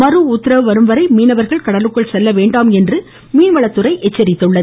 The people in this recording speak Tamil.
மறு உத்தரவு வரும் வரை மீனவர்கள் கடலுக்கு செல்லவேண்டாம் என்று மீன்வளத்துறை எச்சரித்துள்ளது